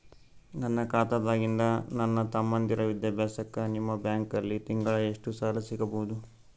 ನನ್ನ ಖಾತಾದಾಗಿಂದ ನನ್ನ ತಮ್ಮಂದಿರ ವಿದ್ಯಾಭ್ಯಾಸಕ್ಕ ನಿಮ್ಮ ಬ್ಯಾಂಕಲ್ಲಿ ತಿಂಗಳ ಎಷ್ಟು ಸಾಲ ಸಿಗಬಹುದು?